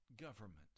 government